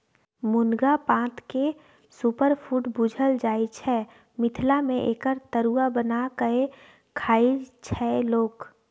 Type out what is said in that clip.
मुनगा पातकेँ सुपरफुड बुझल जाइ छै मिथिला मे एकर तरुआ बना कए खाइ छै लोक